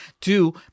two